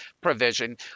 provision